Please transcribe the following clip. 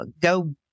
go